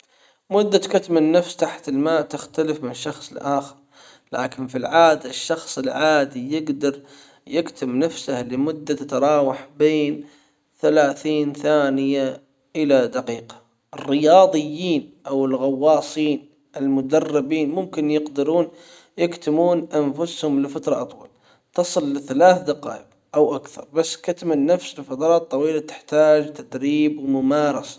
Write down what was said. مدة كتم النفس تحت الماء تختلف من شخص لآخر لكن في العادة الشخص العادي يقدر يكتم نفسه لمدة تتراوح بين ثلاثين ثانية الى دقيقة الرياظيين او الغواصين المدربين ممكن يقدرون يكتمون انفسهم لفترة اطول تصل لثلاث دقائق او اكثر بس كتم النفس لفترات طويلة تحتاج تدريب وممارسة.